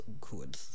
good